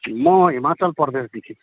म हिमाचल प्रदेशदेखि